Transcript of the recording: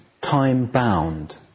time-bound